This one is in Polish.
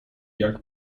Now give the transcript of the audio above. jak